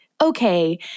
okay